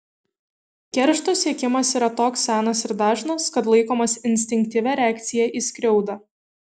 keršto siekimas yra toks senas ir dažnas kad laikomas instinktyvia reakcija į skriaudą